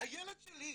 הילד שלי,